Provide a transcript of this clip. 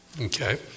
Okay